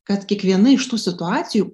kad kiekviena iš tų situacijų